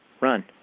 run